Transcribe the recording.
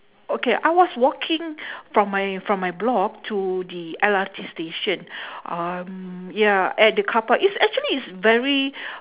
okay I was waking from my from my block to the L_R_T station um ya at car park is actually is very